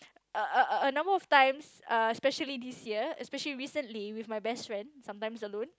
a a a number of times err especially this year especially recently with my best friend sometimes alone